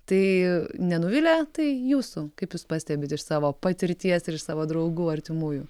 tai nenuvilia tai jūsų kaip jūs pastebit iš savo patirties ir iš savo draugų artimųjų